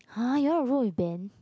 you want role with Ben